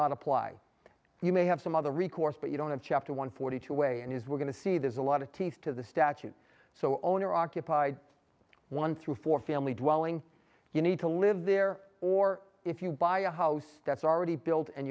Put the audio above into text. not apply you may have some other recourse but you don't have chapter one forty two way and his we're going to see there's a lot of teeth to the statute so owner occupied one through four family dwelling you need to live there or if you buy a house that's already built and